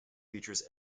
features